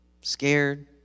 scared